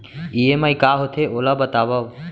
EMI का होथे, ओला बतावव